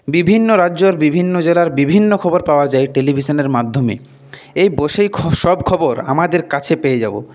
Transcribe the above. বিভিন্ন রাজ্যর বিভিন্ন জেলার বিভিন্ন খবর পাওয়া যায় টেলিভিশনের মাধ্যমে এই বসে সব খবর আমাদের কাছে পেয়ে যাব